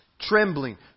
trembling